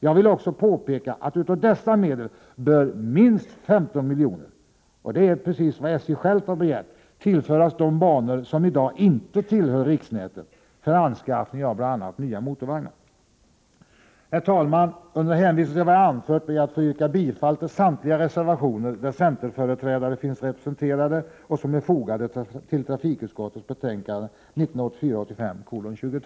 Jag vill också påpeka att av dessa medel bör minst 15 miljoner — precis vad SJ självt har begärt — tillföras de banor som i dag inte tillhör riksnätet för anskaffning av bl.a. nya motorvagnar. Herr talman! Under hänvisning till vad jag anfört ber jag att få yrka bifall till samtliga till trafikutskottets betänkande 1984/85:22 fogade reservationer där centerföreträdare finns representerade.